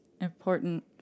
important